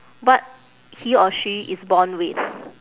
but he or she is born with